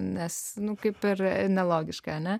nes nu kaip ir nelogiškai ane